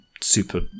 super